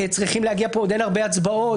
עוד אין הרבה הצבעות.